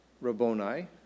Rabboni